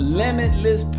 limitless